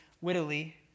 wittily